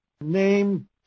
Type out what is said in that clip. name